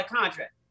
contract